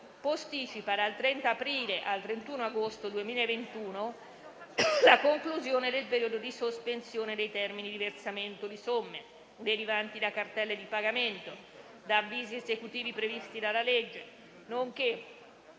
posticipa dal 30 aprile al 31 agosto 2021 la conclusione del periodo di sospensione dei termini di versamento di somme, derivanti da cartelle di pagamento e da avvisi esecutivi previsti dalla legge, nonché